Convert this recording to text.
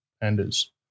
Anders